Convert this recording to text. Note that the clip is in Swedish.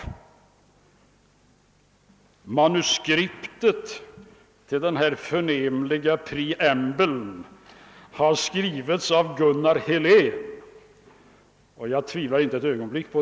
Manuskriptet till den förnämliga preamble som förekommer i sammanhanget har skrivits av Gunnar Helén. Det tvivlar jag inte ett ögonblick på.